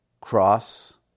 cross